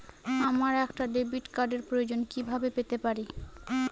আমার একটা ডেবিট কার্ডের প্রয়োজন কিভাবে পেতে পারি?